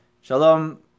Shalom